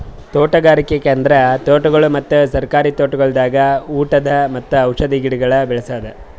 ತೋಟಗಾರಿಕೆ ಅಂದುರ್ ತೋಟಗೊಳ್ ಮತ್ತ ಸರ್ಕಾರಿ ತೋಟಗೊಳ್ದಾಗ್ ಉಟದ್ ಮತ್ತ ಔಷಧಿ ಗಿಡಗೊಳ್ ಬೇಳಸದ್